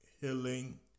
Healing